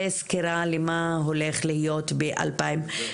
וסקירה למה הולך להיות ב-2022.